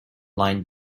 line